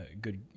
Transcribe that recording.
good